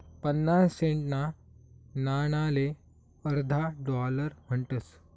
पन्नास सेंटना नाणाले अर्धा डालर म्हणतस